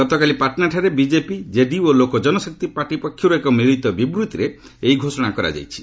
ଗତକାଲି ପାଟନାଠାରେ BJP JDU ଓ ଲୋକ ଜନଶକ୍ତି ପାର୍ଟି ପକ୍ଷରୁ ଏକ ମିଳିତ ବିବୃତ୍ତିରେ ଏହି ଘୋଷଣା କରାଯାଇଛି